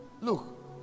Look